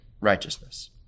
righteousness